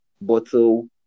bottle